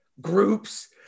groups